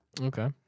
Okay